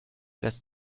lässt